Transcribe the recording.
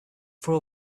for